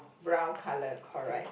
brown colour correct